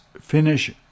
finish